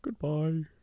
Goodbye